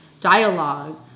dialogue